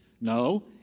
No